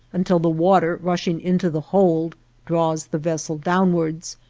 until the water rushing into the hold draws the vessel downwards,